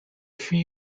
fee